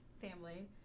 family